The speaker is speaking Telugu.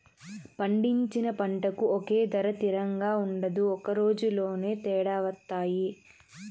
పండించిన పంటకు ఒకే ధర తిరంగా ఉండదు ఒక రోజులోనే తేడా వత్తాయి